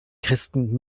christen